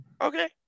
okay